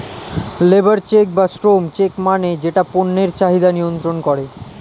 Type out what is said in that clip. labour check বা শ্রম check মানে যেটা পণ্যের চাহিদা নিয়ন্ত্রন করে